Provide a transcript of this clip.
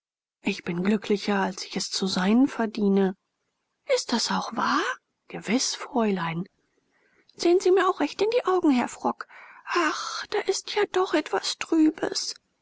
ich bin glücklicher als ich es zu sein verdiene ist das auch wahr gewiß fräulein sehen sie mir auch recht in die augen herr frock ach da ist ja doch etwas trübes